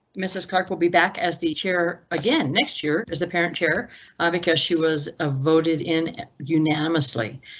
mrs clark will be back as the chair again next year is apparent chair because she was ah voted in unanimously.